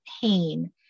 pain